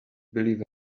believe